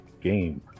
game